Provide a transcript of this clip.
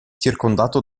circondato